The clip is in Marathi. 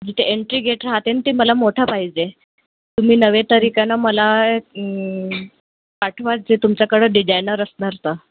जिथे एन्ट्री गेट राहते ना ते मला मोठा पाहिजे तुम्ही नवे तरी कनं मला पाठवा जे तुमच्याकडं डिजायनर असणार तर